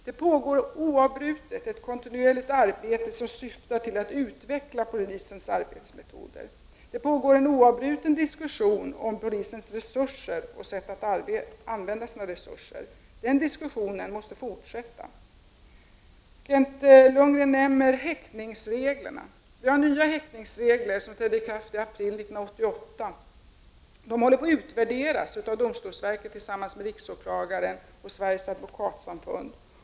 Det pågår oavbrutet ett kontinuerligt arbete som syftar till att utveckla polisens arbetsmetoder. Det pågår en oavbruten diskussion om polisens resurser och sättet att använda dessa. Den diskussionen måste fortsätta. Kent Lundgren nämnde häktingsreglerna. Vi har nya häktningsregler som trädde i kraft i april 1988. De håller på att utvärderas av domstolsverket tillsammans med riksåklagaren och Sveriges Advokatsamfund.